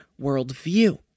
worldview